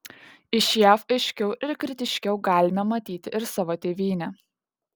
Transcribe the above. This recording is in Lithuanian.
iš jav aiškiau ir kritiškiau galime matyti ir savo tėvynę